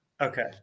Okay